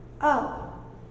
up